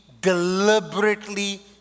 deliberately